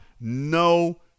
No